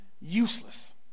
useless